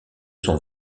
sont